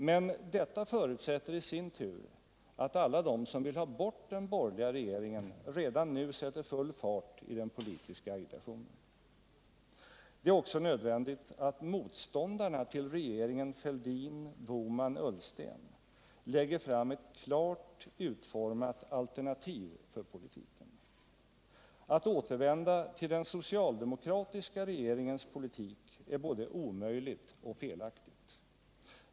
Men detta förutsätter i sin tur att alla de som vill ha bort den borgerliga regeringen redan nu sätter full fart i den politiska agitationen. Det är också nödvändigt att motståndarna till regeringen Fälldin-Bohman-Ullsten lägger fram ett klart utformat alternativ för politiken. Att återvända till den socialdemokratiska regeringens politik är både omöjligt och felaktigt.